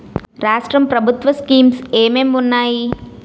రాష్ట్రం ప్రభుత్వ స్కీమ్స్ ఎం ఎం ఉన్నాయి?